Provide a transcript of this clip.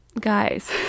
Guys